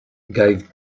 gave